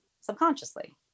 subconsciously